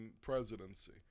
presidency